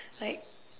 like